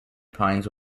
pines